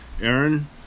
Aaron